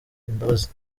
imbabazi